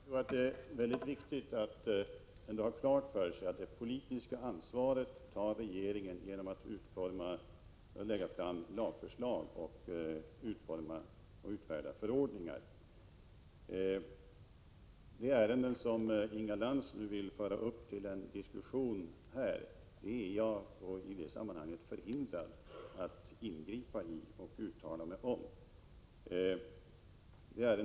Fru talman! Det är mycket viktigt att ändå ha klart för sig att regeringen tar det politiska ansvaret genom att utforma och lägga fram lagförslag och utfärda förordningar. De ärenden som Inga Lantz nu vill föra upp till diskussion är jag i det här sammanhanget förhindrad att ingripa i och uttala mig om.